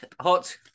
hot